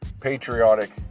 patriotic